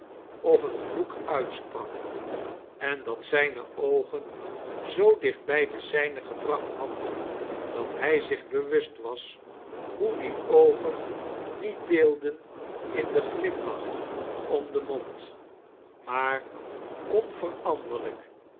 of een vloek uitsprak en dat zijne oogen zoo dichtbij de zijne gebracht had dat hij zich bewust was hoe die oogep niet deelden in den glimlach om den mond maar